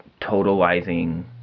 totalizing